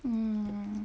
mm